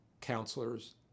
counselors